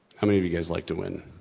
how many of you guys like to win?